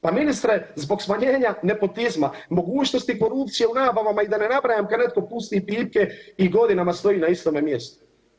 Pa ministre zbog smanjenja nepotizma, mogućnosti korupcije u nabavama i da ne nabrajam kad netko pusti pipke i godinama stoji na istome mjestu.